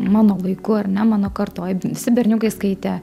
mano laiku ar ne mano kartoj visi berniukai skaitė